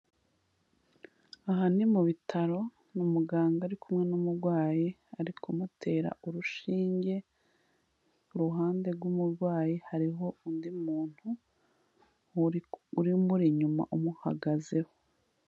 Aha ni mu bitaro ni umuganga ari kumwe n'umurwayi ari kumutera urushinge, kuuhande rw'umurwayi hariho undi muntu umuri inyuma umuhagazeho.